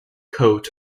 coat